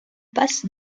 passe